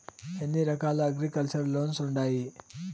ఎన్ని రకాల agriculture loans ఉండాయి